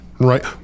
right